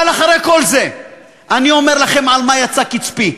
אבל אחרי כל זה אני אומר לכם על מה יצא קצפי.